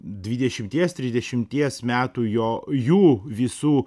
dvidešimties trisdešimties metų jo jų visų